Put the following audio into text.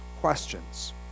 questions